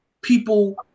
people